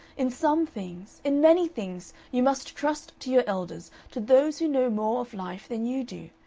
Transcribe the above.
in some things, in many things, you must trust to your elders, to those who know more of life than you do.